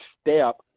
step